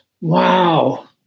Wow